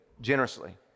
generously